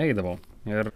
eidavau ir